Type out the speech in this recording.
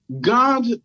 God